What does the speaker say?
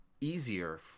easier